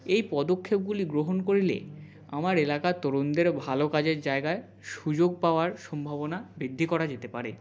এই পদক্ষেপগুলি গ্রহণ করলে আমার এলাকার তরুণদের ভালো কাজের জায়গায় সুযোগ পাওয়ার সম্ভাবনা বৃদ্ধি করা যেতে পারে